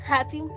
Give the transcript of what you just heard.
Happy